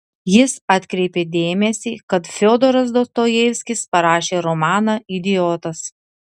jis atkreipė dėmesį kad fiodoras dostojevskis parašė romaną idiotas